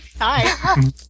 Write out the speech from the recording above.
hi